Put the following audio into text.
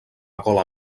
gola